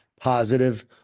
positive